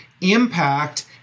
impact